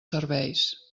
serveis